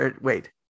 Wait